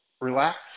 relax